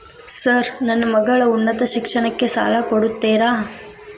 Sir ನನ್ನ ಮಗಳ ಉನ್ನತ ಶಿಕ್ಷಣಕ್ಕೆ ಸಾಲ ಕೊಡುತ್ತೇರಾ?